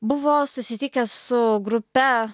buvo susitikęs su grupe